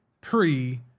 pre-